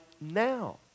now